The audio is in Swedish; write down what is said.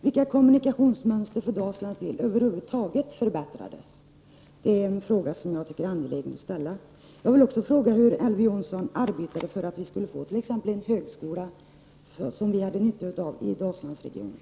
Vilka kommunikationsmönster för Dalslands del över huvud taget förbättrades? Det är angeläget att ställa den frågan. Jag vill också fråga hur Elver Jonsson arbetade för att vi skulle få en högskola som vi hade nytta av i Dalslandsregionen.